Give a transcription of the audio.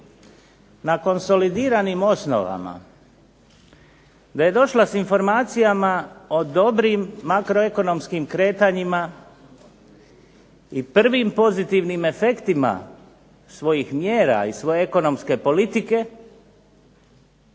nakon konsolidiranim osnovama, da je došla sa informacijama od dobrim makro ekonomskim kretanjima i prvim pozitivnim efektima svojih mjera i svoje ekonomske politike,